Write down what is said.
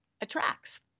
attracts